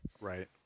right